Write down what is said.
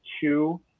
two